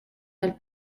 del